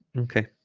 okay